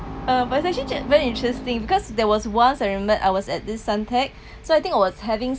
um but it's actually very interesting because there was once I remember I was at this suntec so I think I was having